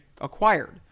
acquired